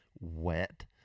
wet